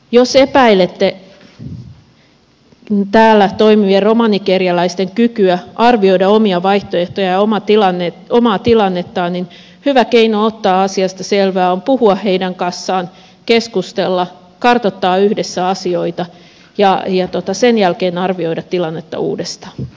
jos epäilette täällä toimivien romanikerjäläisten kykyä arvioida omia vaihtoehtojaan ja omaa tilannettaan niin hyvä keino ottaa asiasta selvää on puhua heidän kanssaan keskustella kartoittaa yhdessä asioita ja sen jälkeen arvioida tilannetta uudestaan